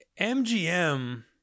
MGM